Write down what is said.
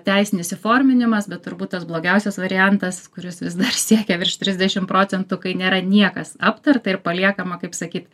teisinis įforminimas bet turbūt tas blogiausias variantas kuris vis dar siekia virš trisdešim procentų kai nėra niekas aptarta ir paliekama kaip sakyt